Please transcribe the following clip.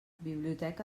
biblioteca